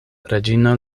reĝino